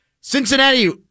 Cincinnati